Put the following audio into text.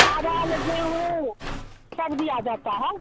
ताजा वो सब दिया जाता है